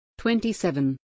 27